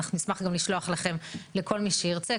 אנחנו נשמח גם לשלוח לכל מי שירצה,